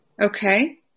Okay